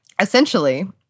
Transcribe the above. essentially